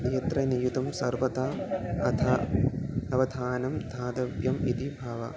नेत्रनियतं सर्वता अथ अवधानं दातव्यम् इति भावः